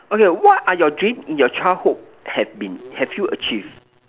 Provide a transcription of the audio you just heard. okay what are you dreams in your childhood have been have you achieved